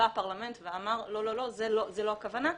בא הפרלמנט ואמר: לא, לא, זו לא הכוונה,